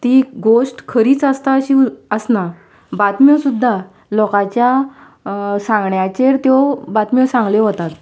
ती गोष्ट खरीच आसता अशी आसना बातम्यो सुद्दां लोकाच्या सांगण्याचेर त्यो बातम्यो सांगल्यो वतात